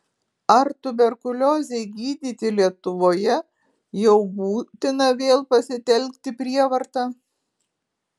ar tuberkuliozei gydyti lietuvoje jau būtina vėl pasitelkti prievartą